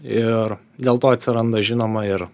ir dėl to atsiranda žinoma ir